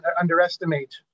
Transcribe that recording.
underestimate